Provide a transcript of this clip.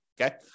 okay